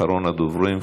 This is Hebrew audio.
אחרון הדוברים,